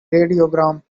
radiogram